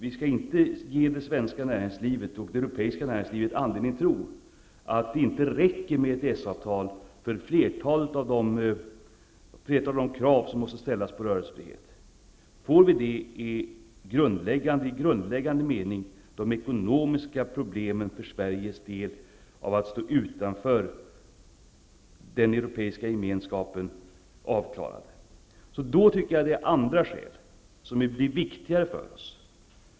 Vi skall inte ge det svenska och det europeiska näringslivet anledning att tro att det inte räcker med ett EES avtal för flertalet av de krav som måste ställas på rörelsefrihet. Får vi det är de i grundläggande mening ekonomiska problemen för Sveriges del av att stå utanför den europeiska gemenskapen avklarade. Jag tycker då att andra skäl är viktigare för oss.